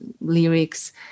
lyrics